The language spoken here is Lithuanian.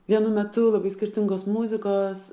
vienu metu labai skirtingos muzikos